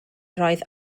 roedd